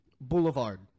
Boulevard